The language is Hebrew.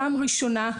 בפעם הראשונה,